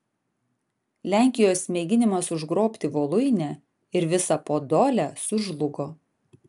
lenkijos mėginimas užgrobti voluinę ir visą podolę sužlugo